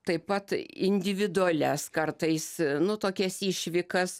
taip pat individualias kartais nu tokias išvykas